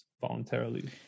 Voluntarily